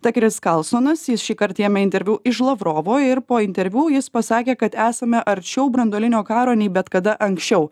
takeris karlsonas jis šįkart ėmė interviu iš lavrovo ir po interviu jis pasakė kad esame arčiau branduolinio karo nei bet kada anksčiau